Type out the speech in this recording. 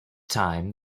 time